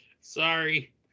Sorry